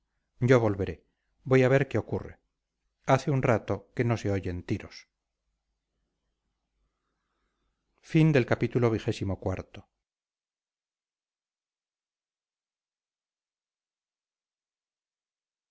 yo volveré voy a ver qué ocurre hace un rato que no se oyen tiros